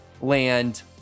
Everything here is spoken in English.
land